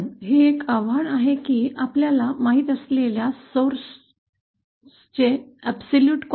पण हे एक आव्हान आहे की आपल्याला माहीत असलेल्या स्रोतावर निरपेक्ष मात्रा किती आहे